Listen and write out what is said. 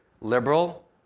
Liberal